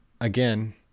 again